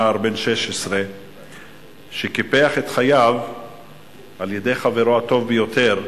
נער בן 16 שקיפח את חייו על-ידי חברו הטוב ביותר,